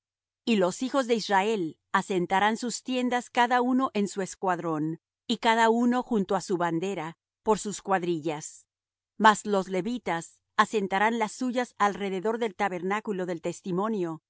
y los hijos de israel asentarán sus tiendas cada uno en su escuadrón y cada uno junto á su bandera por sus cuadrillas mas los levitas asentarán las suyas alrededor del tabernáculo del testimonio